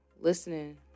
listening